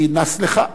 נס לחה.